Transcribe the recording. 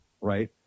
right